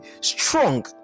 strong